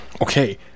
Okay